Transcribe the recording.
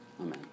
Amen